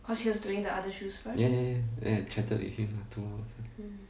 ya ya ya then I chatted with him lah two hours